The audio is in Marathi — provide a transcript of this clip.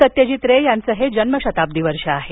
सत्यजित रे यांचं हे जन्मशताब्दी वर्ष आहे